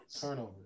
turnover